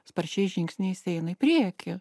sparčiais žingsniais eina į priekį